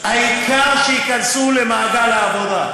העיקר שייכנסו למעגל העבודה.